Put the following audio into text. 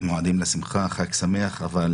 מועדים לשמחה, חג שמח, אבל